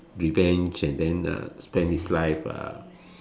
revenge and then uh spend his life uh